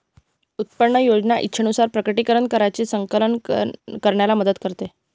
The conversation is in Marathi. उत्पन्न योजना इच्छेनुसार प्रकटीकरण कराची संकलन करण्याला मदत करते